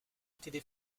étaient